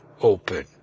open